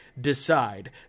decide